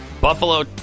buffalo